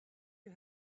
you